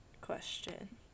question